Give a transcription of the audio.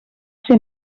ser